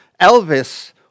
Elvis